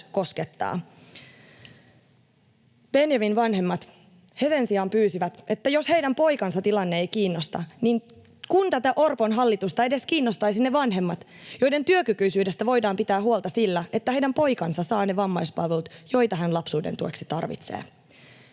koskettaa. Benjaminin vanhemmat sen sijaan pyysivät, että jos heidän poikansa tilanne ei kiinnosta, niin kunpa tätä Orpon hallitusta edes kiinnostaisivat ne vanhemmat, joiden työkykyisyydestä voidaan pitää huolta sillä, että heidän poikansa saa ne vammaispalvelut, joita hän lapsuuden tueksi tarvitsee.